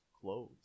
clothes